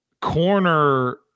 corner